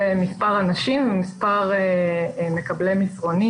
זה מספר אנשים ומספר מקבלי מסרונים.